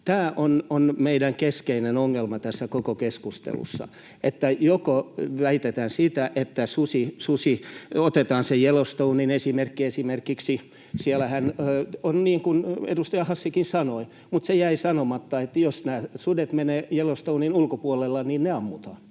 Tämä on meidän keskeinen ongelma tässä koko keskustelussa, että joko väitetään sitä, että susi... Otetaan esimerkiksi se Yellowstonen esimerkki. Siellähän on niin kuin edustaja Hassikin sanoi, mutta se jäi sanomatta, että jos nämä sudet menevät Yellowstonen ulkopuolelle, niin ne ammutaan.